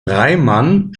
reimann